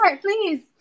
please